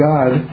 God